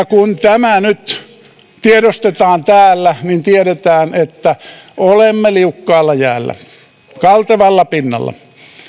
kun tämä nyt tiedostetaan täällä niin tiedetään että olemme liukkaalla jäällä kaltevalla pinnalla